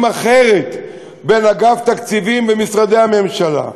אחרת בין אגף התקציבים למשרדי הממשלה.